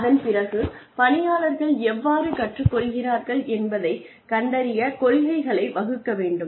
அதன் அதன் பிறகு பணியாளர்கள் எவ்வாறு கற்றுக்கொள்கிறார்கள் என்பதைக் கண்டறியக் கொள்கைகளை வகுக்க வேண்டும்